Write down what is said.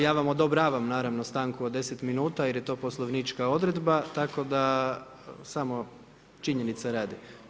Ja vam odobravam naravno stanku od 10 min jer je to poslovnička odredba, tako da samo, činjenice radi.